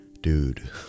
Dude